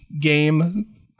game